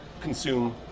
consume